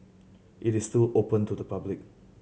it is still open to the public